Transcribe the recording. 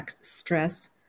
stress